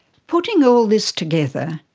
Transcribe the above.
putting all this together,